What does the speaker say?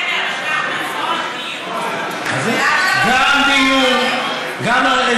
לא, בסדר, אבל, מיון, גם מיון, גם,